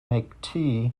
make